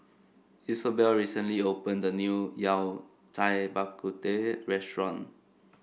Isobel recently opened a new Yao Cai Bak Kut Teh restaurant